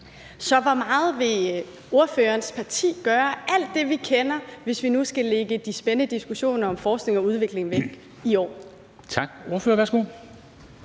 Så hvor meget vil ordførerens parti gøre af alt det, som vi kender, hvis vi nu skal lægge de spændende diskussioner om forskning og udvikling væk i år? Kl.